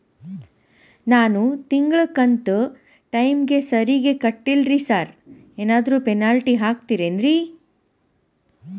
ನಾನು ತಿಂಗ್ಳ ಕಂತ್ ಟೈಮಿಗ್ ಸರಿಗೆ ಕಟ್ಟಿಲ್ರಿ ಸಾರ್ ಏನಾದ್ರು ಪೆನಾಲ್ಟಿ ಹಾಕ್ತಿರೆನ್ರಿ?